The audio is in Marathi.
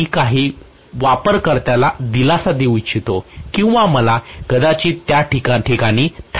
मी काही वापरकर्त्याला दिलासा देऊ इच्छितो किंवा मला कदाचित त्या ठिकाणी थांबणे आवडेल